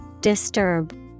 Disturb